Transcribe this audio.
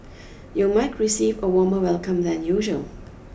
you might receive a warmer welcome than usual